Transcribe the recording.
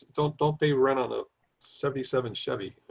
don't, don't be run on a seventy seven chevy